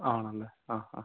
ആണല്ലേ ആ ആ